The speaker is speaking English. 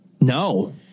No